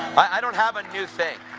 i don't have a new thing.